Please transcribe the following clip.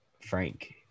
Frank